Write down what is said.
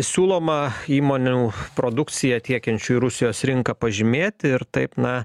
siūloma įmonių produkciją tiekiančių į rusijos rinką pažymėti ir taip na